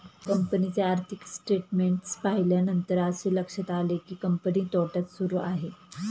कंपनीचे आर्थिक स्टेटमेंट्स पाहिल्यानंतर असे लक्षात आले की, कंपनी तोट्यात सुरू आहे